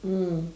mm